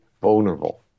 vulnerable